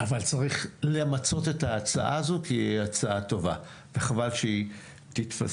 אבל צריך למצות את ההצעה הזאת כי היא הצעה טובה וחבל שהיא תתפספס.